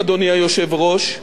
אדוני היושב-ראש,